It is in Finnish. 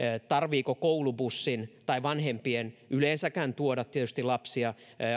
tarvitseeko koulubussin tai tietysti vanhempien yleensäkään tuoda lapsia